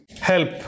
help